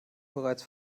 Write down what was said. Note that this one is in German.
bereits